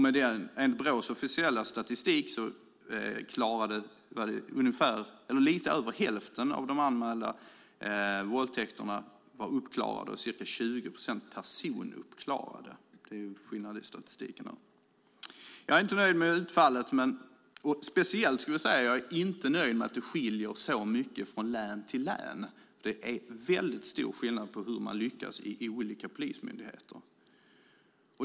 Enligt Brås officiella statistik var lite över hälften av de anmälda våldtäkterna uppklarade och ca 20 procent personuppklarade. Det är skillnad i statistiken där. Jag är inte nöjd med utfallet, och jag är speciellt inte nöjd med att det skiljer så mycket från län till län. Det är väldigt stor skillnad på hur man lyckas inom olika polismyndigheter.